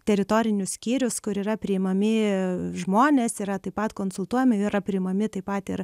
teritorinius skyrius kur yra priimami žmonės yra taip pat konsultuojami yra priimami taip pat ir